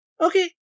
Okay